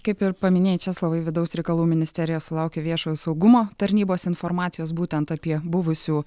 kaip ir paminėjai česlovai vidaus reikalų ministerija sulaukė viešojo saugumo tarnybos informacijos būtent apie buvusių